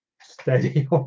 steady